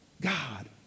God